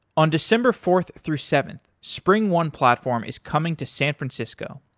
on december fourth through seventh, springone platform is coming to san francisco.